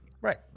Right